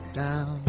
down